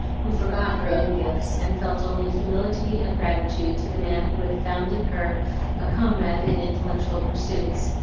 who forgot her own gifts, and felt only humility and gratitude to the man who had found in her a comrade in intellectual pursuits,